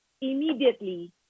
immediately